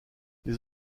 les